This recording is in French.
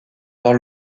dans